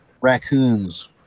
Raccoons